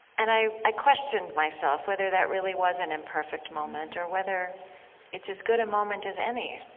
and i i questioned myself, whether that really was an imperfect moment, or whether it's as good a moment as any